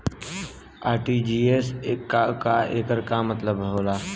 RTGS का होला एकर का मतलब होला?